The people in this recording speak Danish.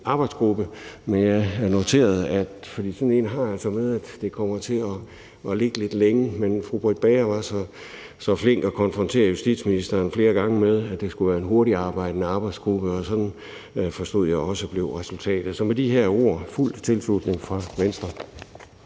arbejdsgruppe, fordi sådan en altså har det med at komme til at ligge lidt længe, men fru Britt Bager var så flink at konfrontere justitsministeren flere gange med, at det skulle være en hurtigtarbejdende arbejdsgruppe, og sådan, forstod jeg, blev resultatet også. Så med de her ord er der fuld tilslutning fra Venstre.